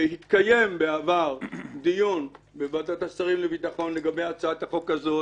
שהתקיים בעבר דיון בוועדת השרים לביטחון לגבי הצעת החוק הזאת.